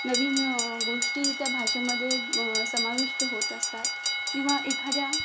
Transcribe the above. नवीन गोष्टी त्या भाषेमधे समाविष्ट होत असतात किंवा एखाद्या